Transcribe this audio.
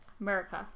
America